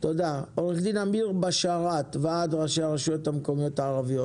לפתוח מחלקות עסקיות בבנקים ביישובי החברה הערבית.